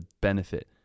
benefit